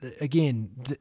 again